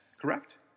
correct